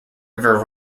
river